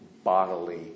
Bodily